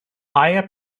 higher